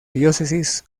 diócesis